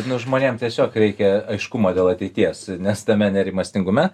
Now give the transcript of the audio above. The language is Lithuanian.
nu žmonėm tiesiog reikia aiškumo dėl ateities nes tame nerimastingume